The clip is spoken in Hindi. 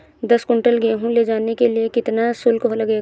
दस कुंटल गेहूँ ले जाने के लिए कितना शुल्क लगेगा?